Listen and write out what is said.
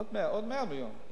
עוד 100 מיליון.